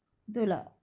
betul tak